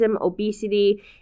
obesity